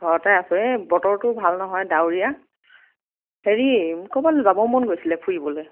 ঘৰতে আছোঁ এই বতৰটো ভাল নহয় ডাৱৰীয়া হেৰি ক'ৰবালৈ যাব মন গৈছিলে ফুৰিবলৈ